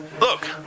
Look